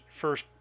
first